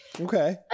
Okay